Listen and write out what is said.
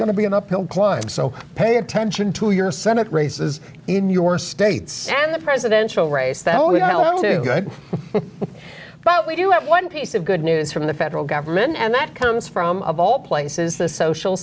to be an uphill climb so pay attention to your senate races in your states and the presidential race that we don't do but we do it one piece of good news from the federal government and that comes from of all places the social